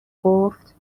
گفت